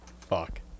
Fuck